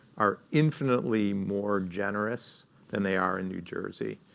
are infinitely more generous than they are in new jersey.